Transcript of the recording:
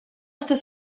estar